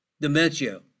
dementia